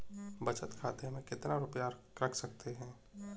बचत खाते में कितना रुपया रख सकते हैं?